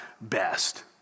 best